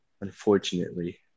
unfortunately